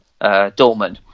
Dortmund